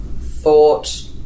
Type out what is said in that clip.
thought